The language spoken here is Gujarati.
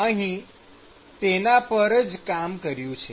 અહી તેના પર જ કામ કર્યું છે